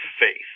faith